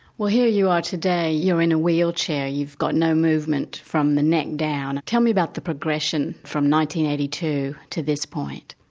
well here you are today, you're in a wheelchair, you've got no movement from the neck down. tell me about the progression from one eighty two to this point.